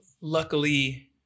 luckily